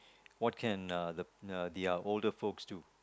what can uh the the their older folks do